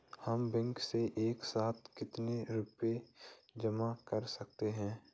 हम बैंक में एक साथ कितना रुपया जमा कर सकते हैं?